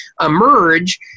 emerge